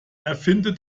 erfinde